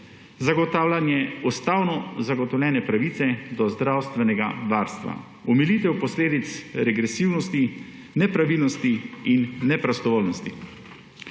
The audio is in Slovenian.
zagotavljanje ustavno zagotovljene pravice do zdravstvenega varstva, omilitev posledic regresivnosti, nepravilnosti in neprostovoljnosti.